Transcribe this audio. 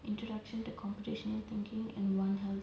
introduction to computational thinking and one health